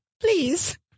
Please